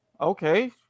Okay